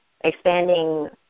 expanding